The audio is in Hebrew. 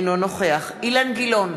אינו נוכח אילן גילאון,